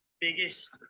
biggest